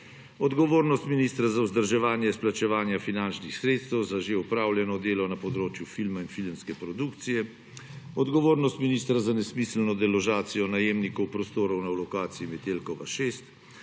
odgovornost ministra za zadrževanje izplačevanja finančnih sredstev za že opravljeno delo na področju filma in filmske produkcije, odgovornost ministra za nesmiselno deložacijo najemnikov prostorov na lokaciji Metelkova 6,